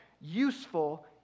Useful